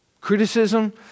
Criticism